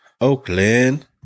Oakland